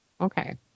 Okay